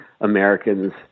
Americans